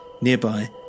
nearby